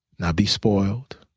not be spoiled,